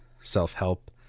self-help